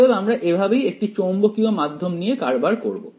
অতএব আমরা এভাবেই একটি চৌম্বকীয় মাধ্যম নিয়ে কারবার করব